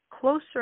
closer